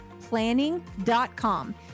planning.com